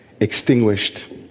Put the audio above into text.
extinguished